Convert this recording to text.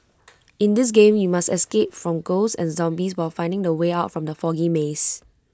in this game you must escape from ghosts and zombies while finding the way out from the foggy maze